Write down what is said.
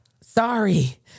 Sorry